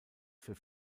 für